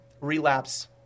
relapse